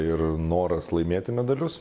ir noras laimėti medalius